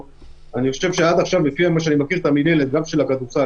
100. אנחנו לא יודעים לזהות את אותם מפיצי על,